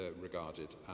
regarded